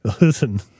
Listen